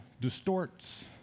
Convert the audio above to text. distorts